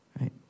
right